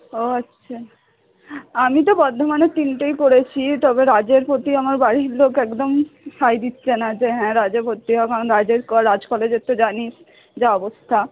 ও আচ্ছা আমি তো বর্ধমানের তিনটেই করেছি তবে রাজের প্রতি আমার বাড়ির লোক একদম সায় দিচ্ছে না যে হ্যাঁ রাজে ভর্তি হও কারণ রাজের রাজ কলেজের তো জানিস যা অবস্থা